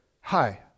Hi